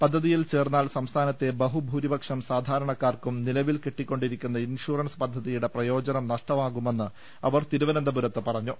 പദ്ധതിയിൽ ചേർന്നാൽ സംസ്ഥാനത്തെ ബഹുഭൂരിപക്ഷം സാധാരണ ക്കാർക്കും നിലവിൽ കിട്ടിക്കൊണ്ടിരിക്കുന്ന ഇൻഷൂറൻ സ് പദ്ധതിയുടെ പ്രയോജനം നഷ്ടമാകുമെന്ന് അവർ തിരുവനന്തപുരത്ത് പറഞ്ഞു